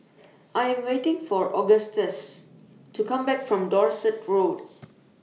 I Am waiting For Augustus to Come Back from Dorset Road